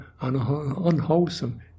unwholesome